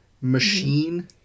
machine